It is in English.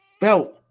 felt